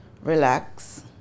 relax